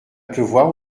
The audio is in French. pleuvoir